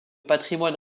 patrimoine